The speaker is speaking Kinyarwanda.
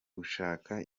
gushaka